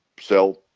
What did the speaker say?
sell